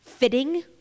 Fitting